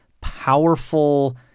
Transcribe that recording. powerful